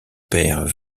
père